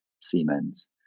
siemens